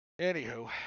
Anywho